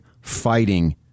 fighting